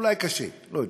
אולי קשה, לא יודע,